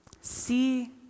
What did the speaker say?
see